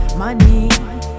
money